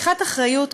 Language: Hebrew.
לקיחת אחריות,